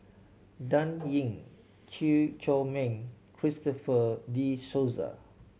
Dan Ying Chew Chor Meng Christopher De Souza